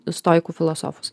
stoikų filosofus